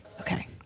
okay